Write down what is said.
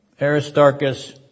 Aristarchus